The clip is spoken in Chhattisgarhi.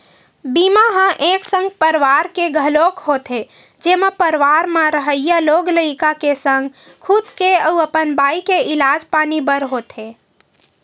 बीमा ह एक संग परवार के घलोक होथे जेमा परवार म रहइया लोग लइका के संग खुद के अउ अपन बाई के इलाज पानी बर होथे